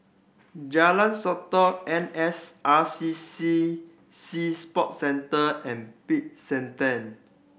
Jalan Sotong N S R C C Sea Sport Centre and Peck San Theng